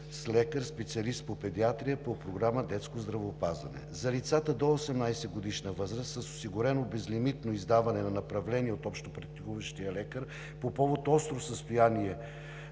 с лекар специалист по педиатрия по Програма „Детско здравеопазване“. За лицата до 18-годишна възраст е осигурено безлимитно издаване на направление от общопрактикуващия лекар по повод остро състояние